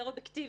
אובייקטיבי.